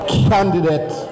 candidate